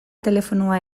telefonoa